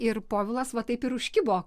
ir povilas va taip ir užkibo